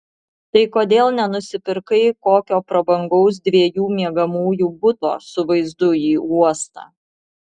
tai kodėl nenusipirkai kokio prabangaus dviejų miegamųjų buto su vaizdu į uostą